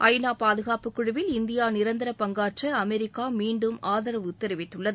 ஐநா பாதுகாப்பு குழுவில் இந்தியாநிரந்திர பங்காற்ற அமெரிக்க மீண்டும் ஆதரவு தெரிவித்துள்ளது